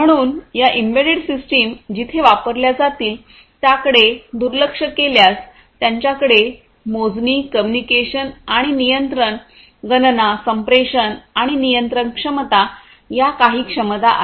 म्हणून या embedded system जिथे वापरल्या जातील त्याकडे दुर्लक्ष केल्यास त्यांच्याकडे मोजणी कम्युनिकेशन आणि नियंत्रण गणना संप्रेषण आणि नियंत्रण क्षमता या काही क्षमता आहेत